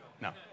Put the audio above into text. No